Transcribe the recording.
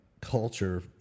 culture